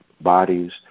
bodies